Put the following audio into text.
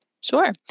Sure